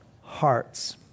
hearts